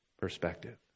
perspective